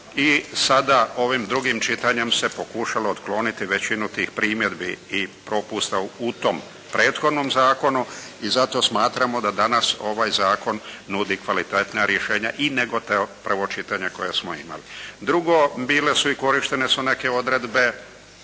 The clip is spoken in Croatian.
i sada ovim drugim čitanjem se pokušalo otkloniti većinu tih primjedbi i propusta u tom prethodnom zakonu i zato smatramo da danas ovaj zakon nudi kvalitetna rješenja nego prvo čitanje koje smo imali. Drugo. Bile su i korištene su neke odredbe